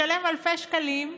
לשלם אלפי שקלים,